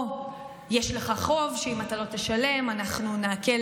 או "יש לך חוב שאם אתה לא תשלם אנחנו נעקל